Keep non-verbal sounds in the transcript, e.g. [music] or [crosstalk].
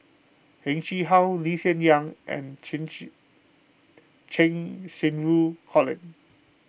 Heng Chee How Lee Hsien Yang and [unintelligible] Cheng Xinru Colin